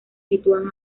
sitúan